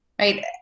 right